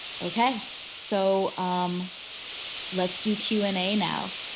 okay, so um let's do q and a now.